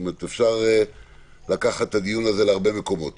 אפשר לקחת את הדיון הזה להרבה מקומות